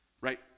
right